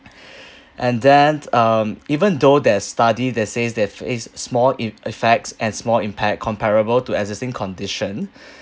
and then um even though there's study that says there ef~ is small ef~ effects and small impact comparable to existing condition